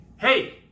hey